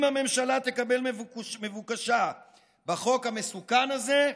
אם הממשלה תקבל את מבוקשה בחוק המסוכן הזה,